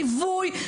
ליווי,